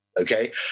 Okay